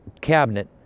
cabinet